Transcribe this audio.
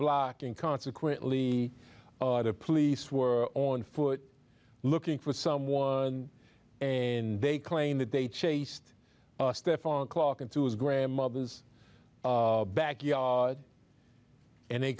block and consequently the police were on foot looking for someone and they claim that they chased stefan clark into his grandmother's backyard and they